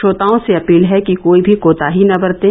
श्रोताओं से अपील है कि कोई भी कोताही न बरतें